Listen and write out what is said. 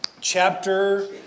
chapter